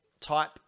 type